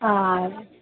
आ